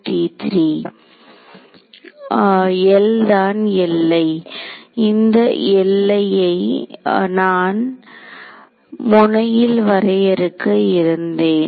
L தான் Li இந்த Li ஐ தான் முனையில் வரையறுக்க இருந்தேன்